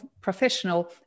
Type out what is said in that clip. professional